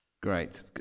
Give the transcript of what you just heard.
Great